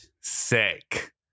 Sick